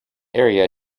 area